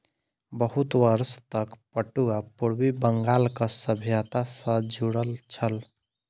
बहुत वर्ष तक पटुआ पूर्वी बंगालक सभ्यता सॅ जुड़ल छल